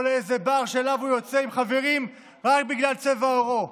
לאיזה בר שאליו יצא עם חברים רק בגלל צבע עורו,